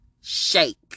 shake